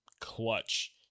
clutch